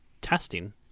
testing